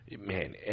man